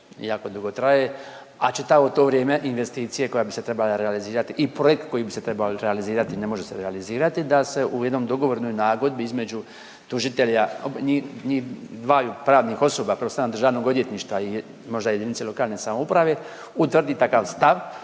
jako dugo traje, a čitavo to vrijeme investicija koja bi se trebala realizirati i projekt koji bi se trebao realizirati ne može se realizirati da se u jednoj dogovornoj nagodbi između tužitelja nji dvaju pravnih osoba prvenstveno državnog odvjetništva i možda jedinice lokalne samouprave utvrdi takav stav